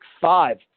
five